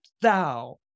thou